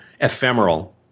ephemeral